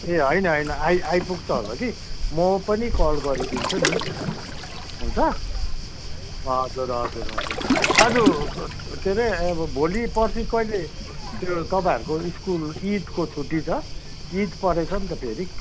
ए होइन होइन आइ आइपुग्छ होला कि म पनि कल गरिदिन्छु नि हुन्छ हजुर हजुर हजुर आज के अरे भोलि पर्सि कहिले त्यो तपाईँहरूको स्कुल ईदको छुट्टी छ ईद परेछ नि त फेरि